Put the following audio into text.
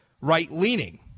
right-leaning